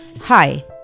Hi